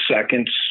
seconds